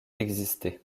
exister